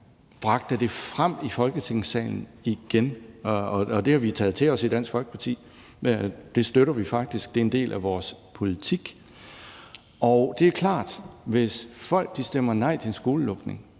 som bragte det frem i Folketingssalen igen, og vi har taget det til os i Dansk Folkeparti. Det støtter vi faktisk, det er en del af vores politik. Det er klart, at hvis folk stemmer nej til en skolelukning,